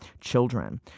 children